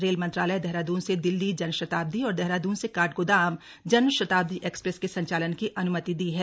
rail मंत्रालय देहराद्रन से दिल्ली जनशताब्दी और देहरादून से काठगोदाम जनशताब्दी एक्सप्रेस के संचालन की अन्मति दी है